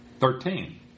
Thirteen